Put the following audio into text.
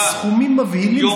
אלה סכומים מבהילים,